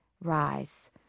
rise